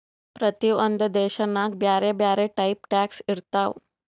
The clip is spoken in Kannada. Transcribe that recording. ಪ್ರತಿ ಒಂದ್ ದೇಶನಾಗ್ ಬ್ಯಾರೆ ಬ್ಯಾರೆ ಟೈಪ್ ಟ್ಯಾಕ್ಸ್ ಇರ್ತಾವ್